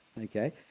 Okay